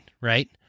right